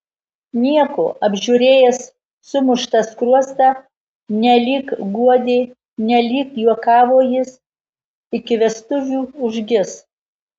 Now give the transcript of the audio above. nieko apžiūrėjęs sumuštą skruostą nelyg guodė nelyg juokavo jis iki vestuvių užgis